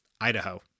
Idaho